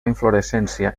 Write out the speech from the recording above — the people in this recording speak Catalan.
inflorescència